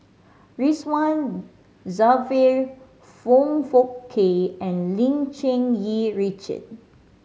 Ridzwan Dzafir Foong Fook Kay and Lim Cherng Yih Richard